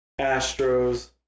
Astros